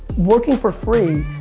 working for free,